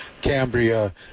Cambria